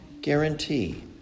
guarantee